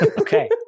Okay